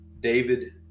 David